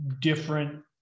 different